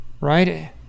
right